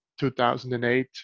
2008